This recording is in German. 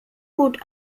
gut